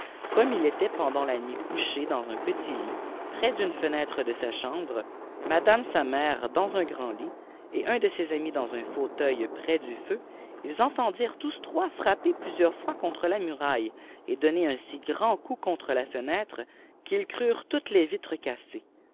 comme il était pendant la nuit couché dans un petit lit près d'une fenêtre de sa chambre madame sa mère dans un grand lit et un de ses amis dans un fauteuil près du féù ils entendirent tous trois frapper plusieurs fois coritre la muraille et donner un si grand coup contre la fenêtre qu'ils crurent toutes içs vitres cassées